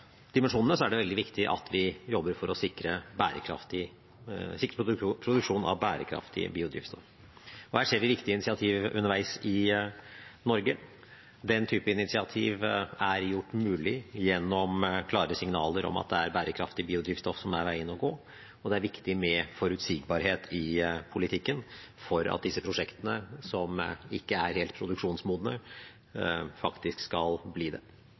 er det veldig viktig at vi jobber for å sikre produksjon av bærekraftig biodrivstoff. Her ser vi viktige initiativ underveis i Norge. Den type initiativ er gjort mulig gjennom klare signaler om at det er bærekraftig biodrivstoff som er veien å gå, og det er viktig med forutsigbarhet i politikken for at disse prosjektene som ikke er helt produksjonsmodne, faktisk skal bli det.